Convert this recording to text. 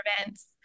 events